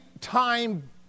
time